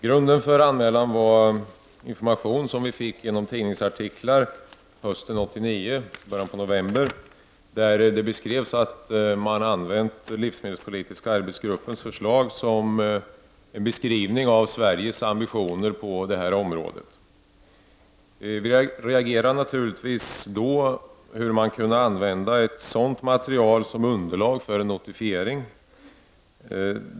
Grunden för anmälan var information som vi fick genom tidningsartiklar i början av november 1989, i vilka stod att man hade använt livsmedelspolitiska arbetsgruppens förslag som en beskrivning av Sveriges ambitioner på detta område. Vi reagerade naturligtvis då över hur regeringen kunde använda ett sådant material som underlag för en notifiering.